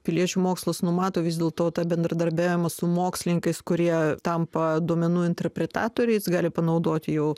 piliečių mokslas numato vis dėl to tą bendradarbiavimą su mokslininkais kurie tampa duomenų interpretatoriais gali panaudoti jau